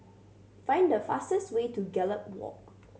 find the fastest way to Gallop Walk